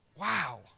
Wow